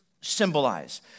symbolize